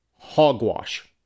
hogwash